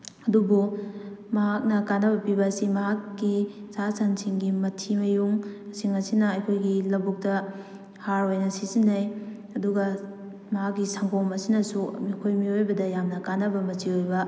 ꯑꯗꯨꯕꯨ ꯃꯍꯥꯛꯅ ꯀꯥꯟꯅꯕ ꯄꯤꯕ ꯑꯁꯤ ꯃꯍꯥꯛꯀꯤ ꯁꯥ ꯁꯟꯁꯤꯡꯒꯤ ꯃꯊꯤ ꯃꯌꯨꯡꯁꯤꯡ ꯑꯁꯤꯅ ꯑꯩꯈꯣꯏꯒꯤ ꯂꯕꯨꯛꯇ ꯍꯥꯔ ꯑꯣꯏꯅ ꯁꯤꯖꯟꯅꯩ ꯑꯗꯨꯒ ꯃꯥꯒꯤ ꯁꯪꯒꯣꯝ ꯑꯁꯤꯅꯁꯨ ꯑꯩꯈꯣꯏ ꯃꯤꯑꯣꯏꯕꯗ ꯌꯥꯝꯅ ꯀꯥꯟꯅꯕ ꯃꯆꯤ ꯑꯣꯏꯕ